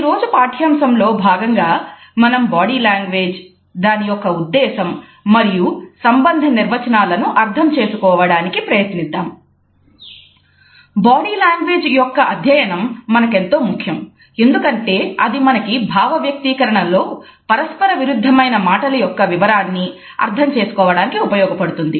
ఈరోజు పాఠ్యాంశంలో భాగంగా మనం బాడీ లాంగ్వేజ్ దాని యొక్క ఉద్దేశం మరియు సంబంధ నిర్వచనాలను అర్థం చేసుకోవడానికి బాడీ లాంగ్వేజ్ యొక్క ఇంటర్ కల్చరల్ అంశాలు ఎంత ముఖ్యమైనవి అంటే వాటిని విస్మరిస్తే అవి కొన్ని రకాలైన అనర్థాలకు మరియు అపార్థాలకు తావిస్తాయి